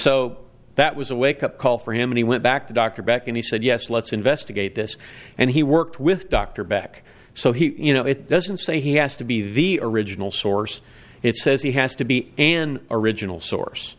so that was a wake up call for him and he went back to doctor back and he said yes let's investigate this and he worked with dr beck so he you know it doesn't say he has to be the original source it says he has to be an original source